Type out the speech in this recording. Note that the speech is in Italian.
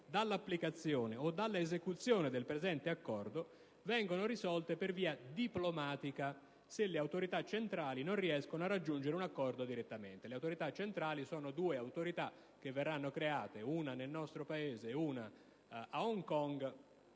dall'applicazione o dall'esecuzione del presente Accordo vengono risolte per via diplomatica se le autorità centrali non riescono a raggiungere un accordo direttamente. Le autorità centrali sono due enti che verranno creati, uno nel nostro Paese e uno a Hong Kong,